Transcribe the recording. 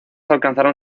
alcanzaron